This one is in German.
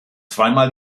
zweimal